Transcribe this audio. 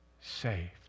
saved